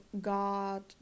God